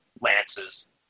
lances